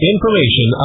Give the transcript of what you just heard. Information